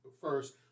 first